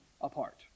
apart